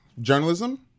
Journalism